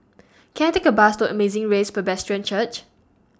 Can I Take A Bus to Amazing Grace Presbyterian Church